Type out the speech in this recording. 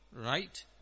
right